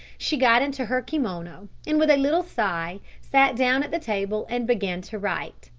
she got into her kimono and with a little sigh sat down at the table and began to write.